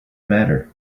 matter